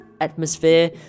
atmosphere